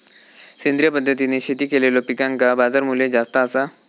सेंद्रिय पद्धतीने शेती केलेलो पिकांका बाजारमूल्य जास्त आसा